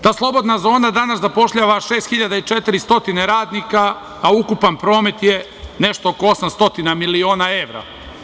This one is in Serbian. Ta Slobodna zona danas zapošljava 6.400 radnika, a ukupan promet je nešto oko 800 miliona evra.